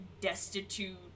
destitute